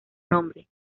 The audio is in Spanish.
nombre